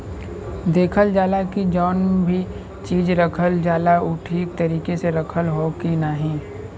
देखल जाला की जौन भी चीज रखल जाला उ ठीक तरीके से रखल हौ की नाही